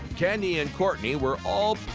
candy and courtney were all